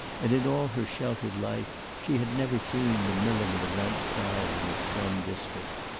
and in all her sheltered life she had never seen the milling of a night crowd in a slum district.